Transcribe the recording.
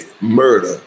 murder